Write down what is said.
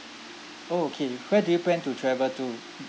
orh okay where do you plan to travel to